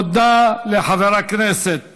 תודה לחבר הכנסת